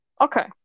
okay